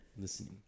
listening